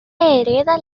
hereda